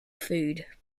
food